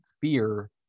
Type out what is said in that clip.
fear